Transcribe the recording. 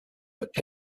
but